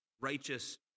righteous